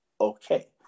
okay